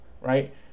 right